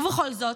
ובכל זאת,